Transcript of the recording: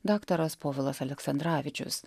daktaras povilas aleksandravičius